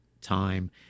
time